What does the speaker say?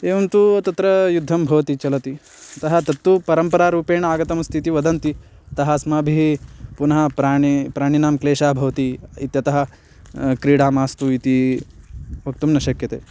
एवं तु तत्र युद्धं भवति चलति अतः तत्तु परम्परारूपेण आगतमस्तीति वदन्ति अतः अस्माभिः पुनः प्राणिनां प्राणिनां क्लेशः भवति इत्यतः क्रीडा मास्तु इति वक्तुं न शक्यते